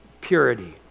purity